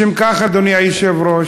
לשם כך, אדוני היושב-ראש,